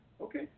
Okay